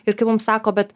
ir kai mums sako bet